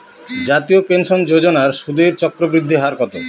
জাতীয় পেনশন যোজনার সুদের চক্রবৃদ্ধি হার কত?